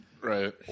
Right